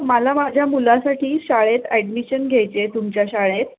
मला माझ्या मुलासाठी शाळेत ॲडमिशन घ्यायची आहे तुमच्या शाळेत